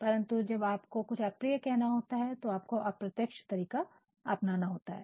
परंतु जब आपको कुछ अप्रिय कहना होता है तो आप को अप्रत्यक्ष तरीका अपनाना होता है